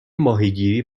ماهیگیری